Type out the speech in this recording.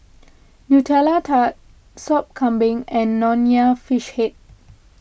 Nutella Tart Sop Kambing and Nonya Fish Head